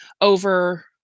over